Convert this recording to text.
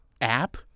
app